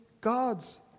God's